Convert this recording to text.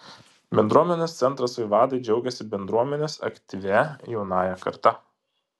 bendruomenės centras vaivadai džiaugiasi bendruomenės aktyvia jaunąja karta